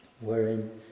Wherein